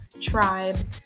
tribe